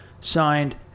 signed